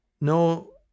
No